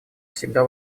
всегда